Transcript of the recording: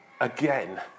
again